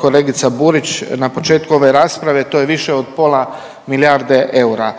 kolegica Burić na početku ove rasprave, to je više od pola milijarde eura.